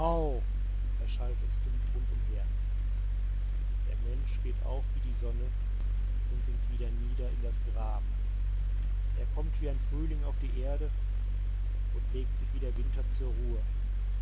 erschallte es dumpf rund umher der mensch geht auf wie die sonne und sinkt wieder nieder in das grab er kommt wie ein frühling auf die erde und legt sich wie der winter zur ruhe